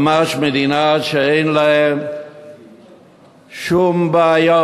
ממש מדינה שאין לה שום בעיות,